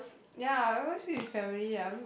ya I always eat with family um